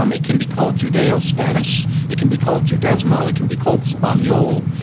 um it can be called judeo spanish. it can be called judaism, though it can be called spaniel.